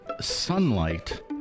Sunlight